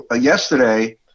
yesterday